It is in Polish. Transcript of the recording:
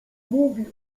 mówi